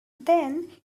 then